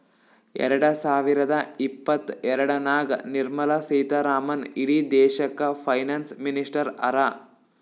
ಎರಡ ಸಾವಿರದ ಇಪ್ಪತ್ತಎರಡನಾಗ್ ನಿರ್ಮಲಾ ಸೀತಾರಾಮನ್ ಇಡೀ ದೇಶಕ್ಕ ಫೈನಾನ್ಸ್ ಮಿನಿಸ್ಟರ್ ಹರಾ